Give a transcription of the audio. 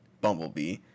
Bumblebee